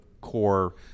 core